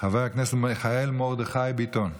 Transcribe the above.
חבר הכנסת מיכאל מרדכי ביטון.